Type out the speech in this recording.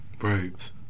Right